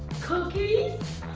cookies?